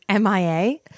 MIA